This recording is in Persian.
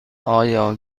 آیا